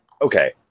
Okay